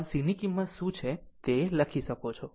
આમ Cની કિંમત શું છે તે લખી શકો છો